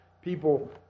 people